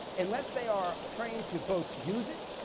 unless they are trained to both use it,